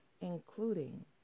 including